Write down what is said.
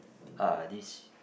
uh this